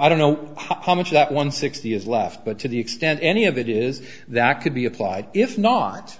i don't know how much of that one sixty is left but to the extent any of it is that could be applied if not